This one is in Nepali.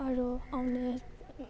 अरू आउने